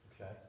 Okay